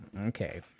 Okay